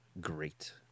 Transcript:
great